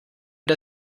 der